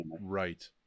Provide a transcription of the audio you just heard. Right